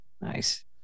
nice